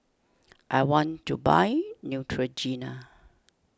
I want to buy Neutrogena